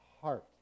heart